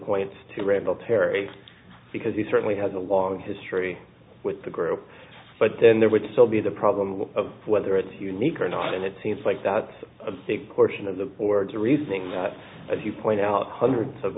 points to randall terry because he certainly has a long history with the group but then there would still be the problem of whether it's unique or not and it seems like that's a big portion of the board to rethink as you point out hundreds of